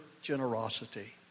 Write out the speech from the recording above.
generosity